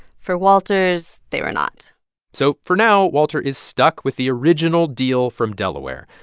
for walter's, they were not so for now, walter is stuck with the original deal from delaware.